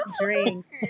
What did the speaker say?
drinks